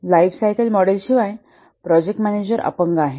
lifecycle मॉडेलशिवाय project manager अपंग आहे